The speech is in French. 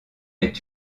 est